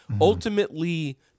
ultimately